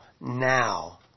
now